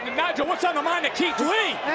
nigel, what's on the mind of keith lee?